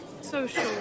social